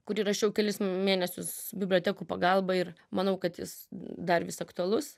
kurį rašiau kelis mėnesius bibliotekų pagalba ir manau kad jis dar vis aktualus